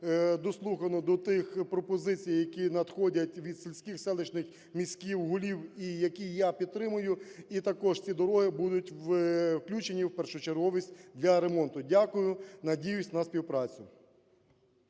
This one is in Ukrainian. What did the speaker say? дослухані до тих пропозицій, які надходять від сільських, селищних, міських голів і які я підтримую, і також ці дороги будуть включені в першочерговість для ремонту. Дякую. Надіюсь на співпрацю.